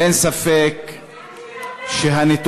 אין ספק שהנתונים,